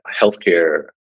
healthcare